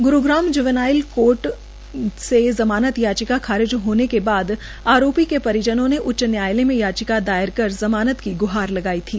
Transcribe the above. Gurugram juvenile justice board से जमानत याचिका खारिज होने के बाद आरोपी के परिजनों ने हाईकोर्ट में याचिका दायर कर जमानत की गुहार लगाई थी